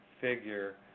figure